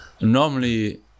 Normally